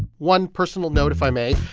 one personal note, if i may,